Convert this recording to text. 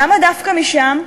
למה דווקא משם?